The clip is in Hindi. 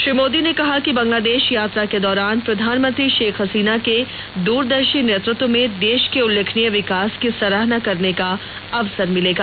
श्री मोदी ने कहा कि बांग्लादेश यात्रा के दौरान प्रधानमंत्री शेख हसीना के द्रदर्शी नेतृत्व में देश के उल्लेखनीय विकास की सराहना करने का अवसर मिलेगा